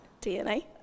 DNA